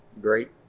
great